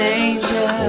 angel